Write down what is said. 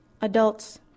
Adults